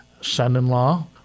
son-in-law